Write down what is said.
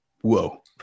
Whoa